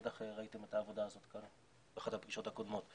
בטח ראיתם את העבודה כאן באחת הפגישות הקודמות.